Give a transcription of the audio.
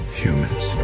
humans